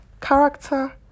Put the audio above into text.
Character